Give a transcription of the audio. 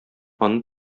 аны